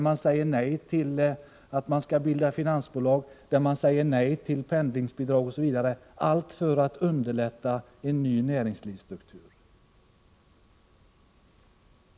Man säger vidare nej till att det skall bildas finansbolag, nej till pendlingsbidrag, osv. Alla dessa åtgärder vidtas ju därför att vi vill underlätta framväxten av en ny näringslivsstruktur.